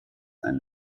ein